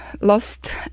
lost